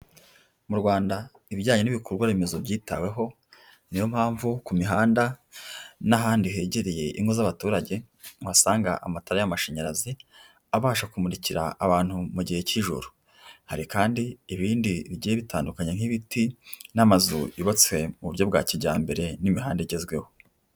Mu Rwanda ibijyanye n'ibikorwa remezo byitaweho niyo mpamvu ku mihanda n'ahandi hegereye ingo z'abaturage uhasanga amatara y'amashanyarazi abasha kumurikira abantu mu gihe cy'ijoro, hari kandi ibindi bigiye bitandukanyekanya nk'ibiti n'amazu yubatswe mu buryo bwa kijyambere n'imihanda igezweho.